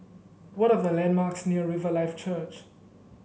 what are the landmarks near Riverlife Church